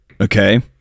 Okay